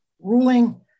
ruling